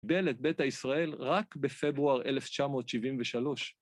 בלת בית הישראל רק בפברואר 1973.